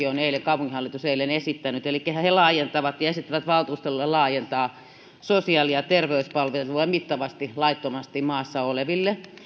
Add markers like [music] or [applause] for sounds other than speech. [unintelligible] on eilen esittänyt elikkä he he laajentavat ja esittävät valtuustolle sosiaali ja terveyspalvelujen laajentamista mittavasti laittomasti maassa oleville